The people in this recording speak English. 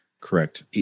Correct